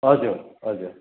हजुर हजुर